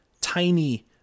tiny